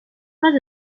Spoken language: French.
par